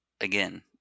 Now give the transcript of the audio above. again